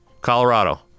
Colorado